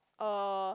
uh